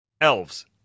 Elves